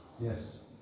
Yes